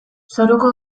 zoruko